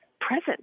present